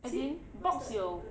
as in box 有